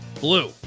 blue